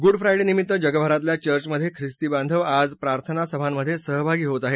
Good Friday निमित्त जगभरातील चर्चमधे खिस्ती बांधव आज प्रार्थनासभांमधे सहभागी होत आहेत